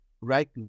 right